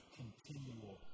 continual